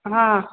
हा